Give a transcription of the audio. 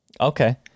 Okay